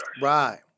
Right